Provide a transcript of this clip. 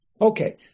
Okay